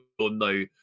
no